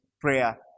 prayer